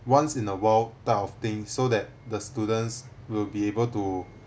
once in a while type of thing so that the students will be able to